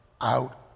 out